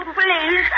please